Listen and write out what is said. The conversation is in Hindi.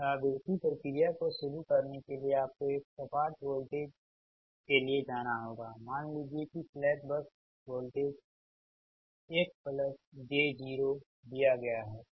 पुनरावृत्ति प्रक्रिया को शुरू करने के लिए आपको एक सपाट वोल्टेज के लिए जाना होगा मान लीजिए कि स्लैक बस वोल्टेज 1 j 0 दिया गया है